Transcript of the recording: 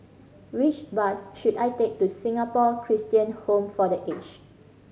which bus should I take to Singapore Christian Home for The Aged